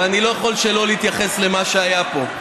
אבל אני לא יכול שלא להתייחס למה שהיה פה.